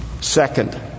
Second